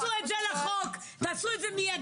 תכניסו את זה לחוק ותעשו את זה מיידית,